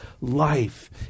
life